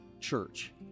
church